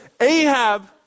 Ahab